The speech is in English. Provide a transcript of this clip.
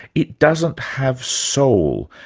it doesn't have soul,